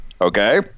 Okay